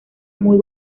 muy